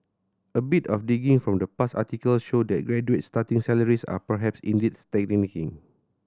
a bit of digging from past articles show that graduate starting salaries are perhaps indeed stagnating